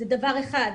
זה דבר אחד,